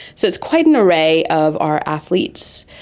so it's quite an array of our athletes.